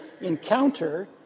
encounter